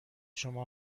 شما